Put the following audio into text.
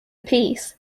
piece